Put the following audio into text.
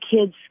kids